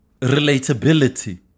Relatability